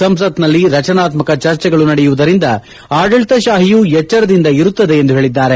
ಸಂಸತ್ನಲ್ಲಿ ರಚನಾತ್ಕಕ ಚರ್ಚೆಗಳು ನಡೆಯುವುದರಿಂದ ಆಡಳಿತಶಾಹಿಯೂ ಎಚ್ಚರದಿಂದ ಇರುತ್ತದೆ ಎಂದು ಹೇಳಿದ್ದಾರೆ